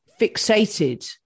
fixated